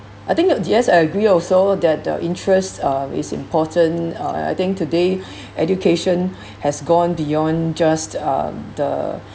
I think no D_S I agree also that the interest um is important uh I think today education has gone beyond just um the